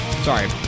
Sorry